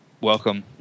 welcome